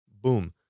Boom